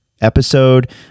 episode